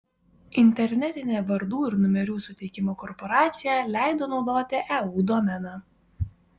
internetinė vardų ir numerių suteikimo korporacija leido naudoti eu domeną